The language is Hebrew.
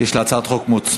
יש לה הצעת חוק מוצמדת.